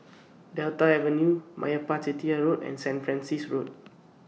Delta Avenue Meyappa Chettiar Road and Saint Francis Road